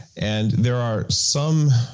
and there are some,